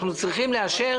אנחנו צריכים לאשר